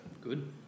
Good